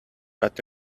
but